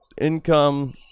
income